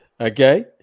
Okay